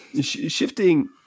Shifting